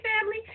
family